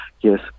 Yes